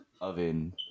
oven